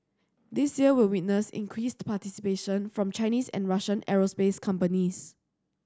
this year will witness increased participation from Chinese and Russian aerospace companies